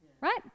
right